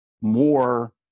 more